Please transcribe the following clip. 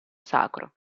sacro